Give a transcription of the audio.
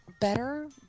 better